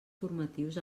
formatius